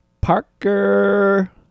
Parker